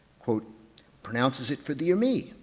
pronounces it for thee or me?